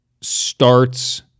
starts